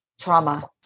trauma